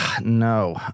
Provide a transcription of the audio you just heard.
No